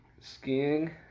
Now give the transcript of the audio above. skiing